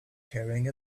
carrying